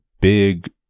big